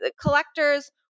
Collectors